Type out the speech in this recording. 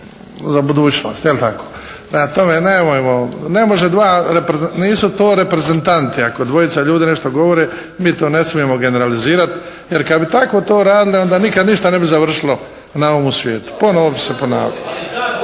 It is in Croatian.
za budućnost, je li tako? Prema tome, nemojmo, nisu to reprezentanti ako dvojica ljudi nešto govore, mi to ne smijemo generalizirati, jer kad bi tako to radili onda nikad ništa ne bi završilo na ovom svijetu. Ponovno bi se ponavljalo.